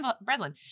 Breslin